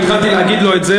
והתחלתי להגיד לו את זה,